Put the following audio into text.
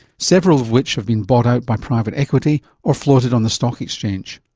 several of which have been bought out by private equity or floated on the stock exchange.